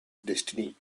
destiny